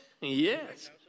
Yes